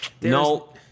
no